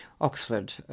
Oxford